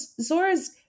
Zora's